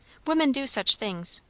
women do such things.